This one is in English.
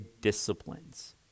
disciplines